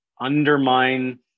undermine